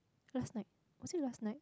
last night was it last night